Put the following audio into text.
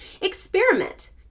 experiment